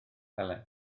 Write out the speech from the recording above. helen